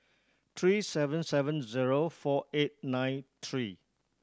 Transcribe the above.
three seven seven zero four eight nine three